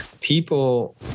people